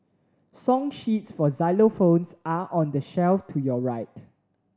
song sheets for xylophones are on the shelf to your right